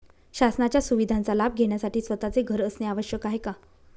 शासनाच्या सुविधांचा लाभ घेण्यासाठी स्वतःचे घर असणे आवश्यक आहे का?